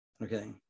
okay